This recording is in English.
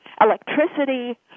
electricity